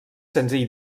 senzill